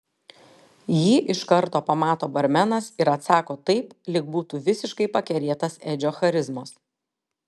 jį iš karto pamato barmenas ir atsako taip lyg būtų visiškai pakerėtas edžio charizmos